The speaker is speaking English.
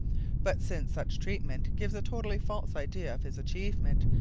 but, since such treatment gives a totally false idea of his achievement,